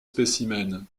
spécimens